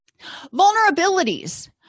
Vulnerabilities